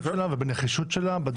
ואני,